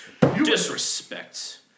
Disrespect